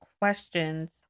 questions